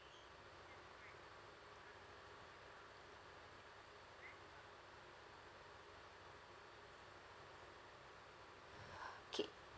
K